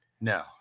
No